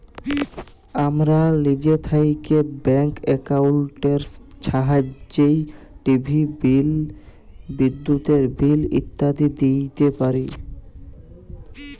আমরা লিজে থ্যাইকে ব্যাংক একাউল্টের ছাহাইয্যে টিভির বিল, বিদ্যুতের বিল ইত্যাদি দিইতে পারি